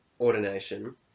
ordination